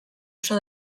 oso